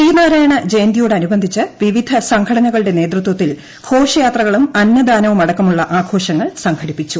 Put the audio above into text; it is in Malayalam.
ശ്രീനാരായണ ജയന്തിയോടനുബന്ധിച്ച് വിവിധ സംഘടനകളുടെ നേതൃത്വത്തിൽ ഘോഷയാത്രകളും അന്നദാനവുമടക്കമുള്ള ആഘോഷങ്ങൾ സംഘടിപ്പിച്ചു